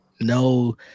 no